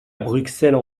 bruxelles